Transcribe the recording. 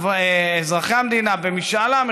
אזרחי המדינה במשאל עם,